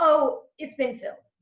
oh it's been filled.